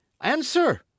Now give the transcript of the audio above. Answer